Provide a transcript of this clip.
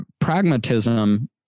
pragmatism